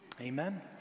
Amen